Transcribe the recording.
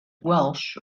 welsh